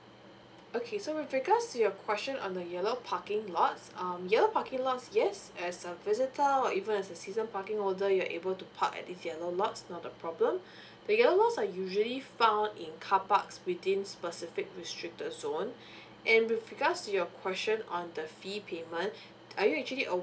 okay so with regards to your question on the yellow parking lots um yellow parking lots yes as a visitor or even as a season parking holder you're able to park at these yellow lots not a problem because yellow are usually found in carparks within specific restricted zone and with regards to your question on the fee payment are you actually